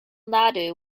nadu